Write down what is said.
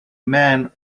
man